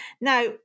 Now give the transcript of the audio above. Now